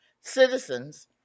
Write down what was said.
Citizens